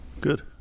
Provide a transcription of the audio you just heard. Good